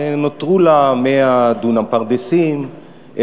ונותרו לה 100 דונם פרדסים,